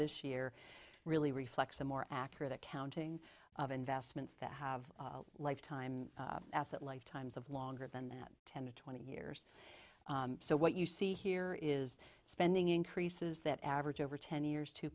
this year really reflects a more accurate accounting of investments that have lifetime asset lifetimes of longer than that ten to twenty years so what you see here is spending increases that average over ten years two